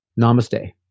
Namaste